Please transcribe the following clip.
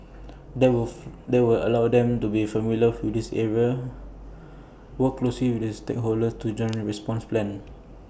that that will allow them to be familiar with this areas work close with stakeholders in joint response plans